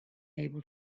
able